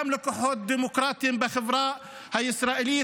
גם לכוחות הדמוקרטיים בחברה הישראלית,